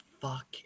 fuck